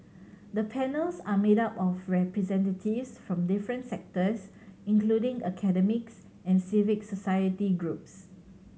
the panels are made up of representatives from different sectors including academics and civic society groups